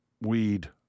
weed